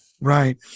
Right